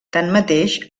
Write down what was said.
tanmateix